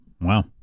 Wow